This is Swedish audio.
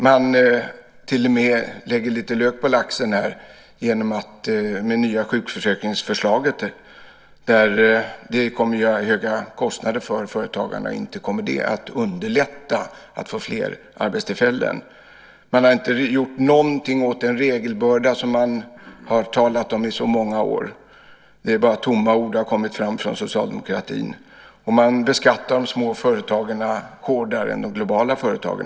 Man lägger här till och med lök på laxen genom det nya sjukförsäkringsförslaget, som kommer att ge höga kostnader för företagarna. Inte kommer det att underlätta att få fler arbetstillfällen. Man har inte gjort någonting åt den regelbörda man talat om i så många år. Bara tomma ord har kommit fram från socialdemokratin. Man beskattar de små företagarna hårdare än de globala företagen.